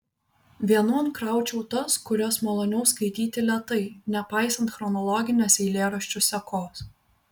vienon kraučiau tas kurias maloniau skaityti lėtai nepaisant chronologinės eilėraščių sekos